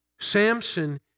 Samson